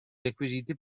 requisiti